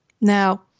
Now